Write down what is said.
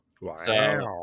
Wow